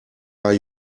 are